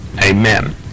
Amen